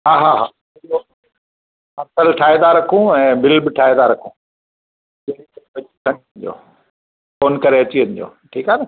हा हा हा ठाहे था रखूं ऐं बिल बि ठाहे था रखूं फ़ोन करे अची वञिजो ठीकु आहे ठीकु आहे न